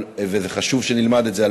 וזה חשוב שנלמד את זה,